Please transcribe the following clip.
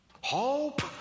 Hope